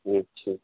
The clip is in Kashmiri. اَچھا